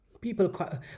People